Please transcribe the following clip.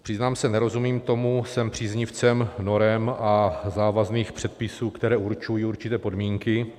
Přiznám se, nerozumím tomu, jsem příznivcem norem a závazných předpisů, které určují určité podmínky.